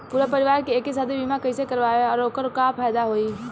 पूरा परिवार के एके साथे बीमा कईसे करवाएम और ओकर का फायदा होई?